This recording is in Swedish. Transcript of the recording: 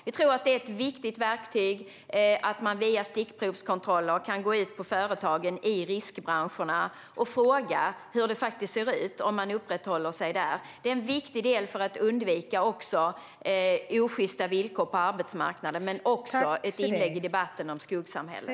Vi tror att det är ett viktigt verktyg att via stickprovskontroller kunna gå ut på företag i riskbranscherna och fråga vilka som uppehåller sig där. Det är även viktigt för att undvika osjysta villkor på arbetsmarknaden, men det är också ett inlägg i debatten om skuggsamhället.